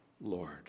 Lord